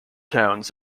towns